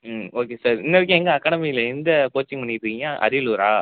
ம் okay sir இன்றைக்கி எங்கள் அகாடமியில் எந்த கோச்சிங் பண்ணிட்டுருக்கீங்க அரியலூரா